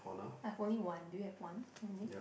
I've only one do you have one only